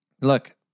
Look